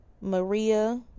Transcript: maria